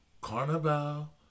Carnival